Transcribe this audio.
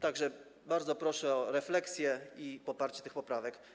Tak że bardzo proszę o refleksję i poparcie tych poprawek.